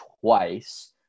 twice